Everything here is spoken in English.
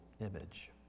image